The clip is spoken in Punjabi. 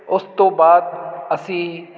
ਉਸ ਤੋਂ ਬਾਅਦ ਅਸੀਂ